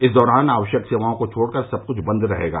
इस दौरान आवश्यक सेवाओं को छोड़कर सब कुछ बंद रहेगा